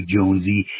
Jonesy